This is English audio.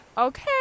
Okay